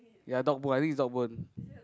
ya dog bone I think is dog bone